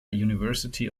university